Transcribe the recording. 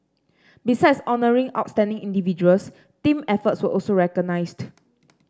besides honouring outstanding individuals team efforts were also recognised